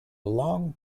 long